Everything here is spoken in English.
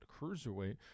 Cruiserweight